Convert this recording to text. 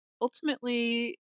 ultimately